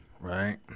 right